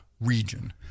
region